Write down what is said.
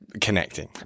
Connecting